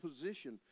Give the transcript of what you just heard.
position